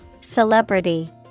Celebrity